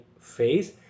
face